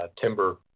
timber